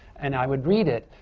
and i would read it.